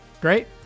Great